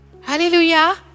Hallelujah